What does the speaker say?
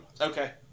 okay